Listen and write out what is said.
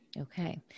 Okay